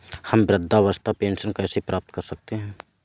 हम वृद्धावस्था पेंशन कैसे प्राप्त कर सकते हैं?